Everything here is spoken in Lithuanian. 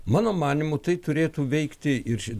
mano manymu tai turėtų veikti ir